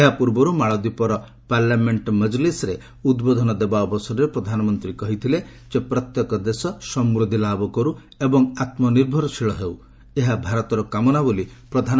ଏହା ପୂର୍ବରୁ ମାଳଦ୍ୱୀପର ପାର୍ଲାମେଣ୍ଟ ମଜଲିସ୍ରେ ଉଦ୍ବୋଧନ ଦେବା ଅବସରରେ ପ୍ରଧାନମନ୍ତ୍ରୀ କହିଥିଲେ ଯେ ପ୍ରତ୍ୟେକ ଦେଶ ସମୃଦ୍ଧି ଲାଭ କରୁ ଏବଂ ଆତ୍ମନିର୍ଭରଶୀଳ ହେଉ ଏହା ଭାରତର କାମନା ବୋଲି ପ୍ରଧାନମନ୍ତ୍ରୀ କହିଛନ୍ତି